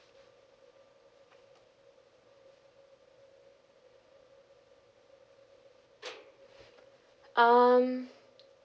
um